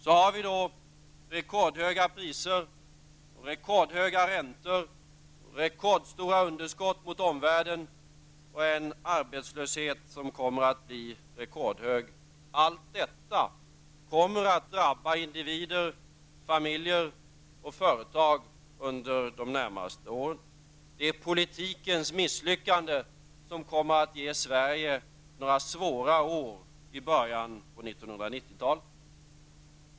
Vi har rekordhöga priser, rekordhöga räntor, rekordstora underskott mot omvärlden och en arbetslöshet som kommer att bli rekordhög. Allt detta kommer att drabba individer, familjer och företag under de närmaste åren. Det är politikens misslyckande som kommer att ge Sverige några svåra år i början av 1990-talet.